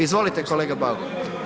Izvolite kolega Bauk.